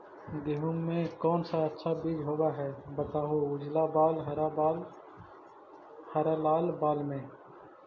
गेहूं के कौन सा अच्छा बीज होव है बताहू, उजला बाल हरलाल बाल में?